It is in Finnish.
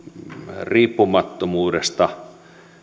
riippumattomuudesta